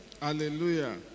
Hallelujah